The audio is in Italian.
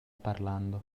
parlando